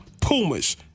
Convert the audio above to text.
Pumas